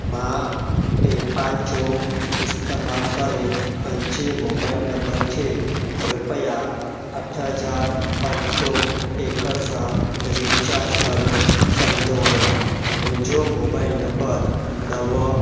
मां पेपाल जो इस्तेमाल करे पंहिंजे मोबाइल नम्बर खे रुपया अठ हज़ार पंज सौ एकहठि सां रीचार्ज करणु चाहींदो आहियां मुंहिंजो मोबाइल नम्बर नव